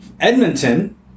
Edmonton